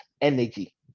energy